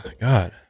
God